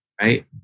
right